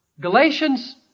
Galatians